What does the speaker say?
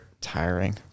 tiring